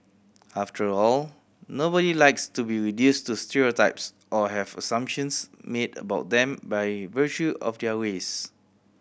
after all nobody likes to be reduced to stereotypes or have assumptions made about them by virtue of their race